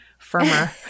Firmer